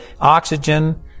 oxygen